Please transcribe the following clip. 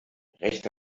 recht